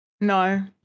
No